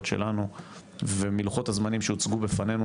שלנו ומלוחות הזמנים שהוצגו לפנינו,